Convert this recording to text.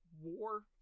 war